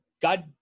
God